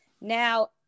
now